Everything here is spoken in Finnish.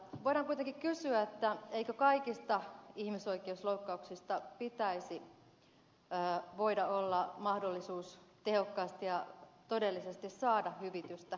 voidaan kuitenkin kysyä eikö kaikista ihmisoikeusloukkauksista pitäisi olla mahdollisuus tehokkaasti ja todellisesti saada hyvitystä